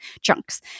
chunks